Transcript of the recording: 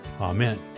Amen